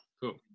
Cool